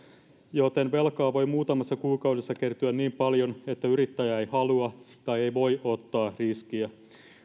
joten velkaa voi muutamassa kuukaudessa kertyä niin paljon että yrittäjä ei halua tai ei voi ottaa riskiä